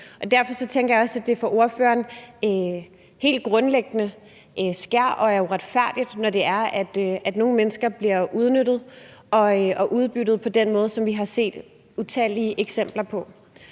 Derfor tænker jeg også, at det for ordføreren helt grundlæggende er uretfærdigt, når det er, at nogle mennesker bliver udnyttet og udbyttet på den måde, som vi har set utallige eksempler på.